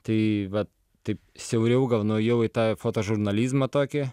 tai vat taip siauriau gal nuėjau į tą foto žurnalizmą tokį